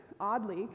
oddly